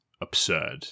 absurd